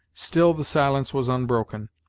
still the silence was unbroken,